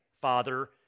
father